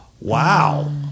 Wow